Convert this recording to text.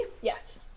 Yes